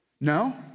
No